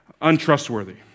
untrustworthy